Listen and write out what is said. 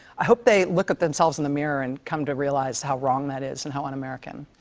i hope they look at themselves in the mirror and come to realize how wrong that is and how un-american.